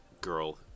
girl